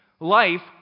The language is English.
Life